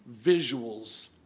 visuals